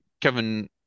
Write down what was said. Kevin